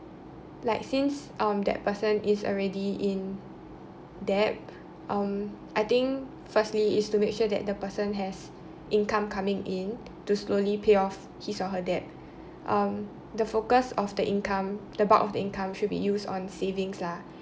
like since um that person is already in debt um I think firstly is to make sure that the person has income coming in to slowly pay off his or her debt um the focus of the income the bulk of the income should be used on savings lah